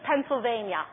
Pennsylvania